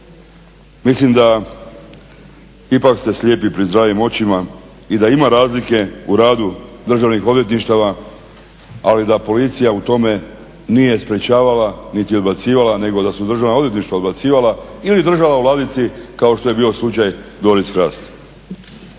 Mislim da ipak ste slijepi pri zdravim očima i da ima razlike u radu državnih odvjetništava, ali da policija u tome nije sprječavala niti odbacivala nego da su državna odvjetništva odbacivala ili držala u ladici kao što je bio slučaj …